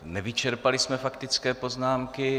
Nevyčerpali jsme faktické poznámky.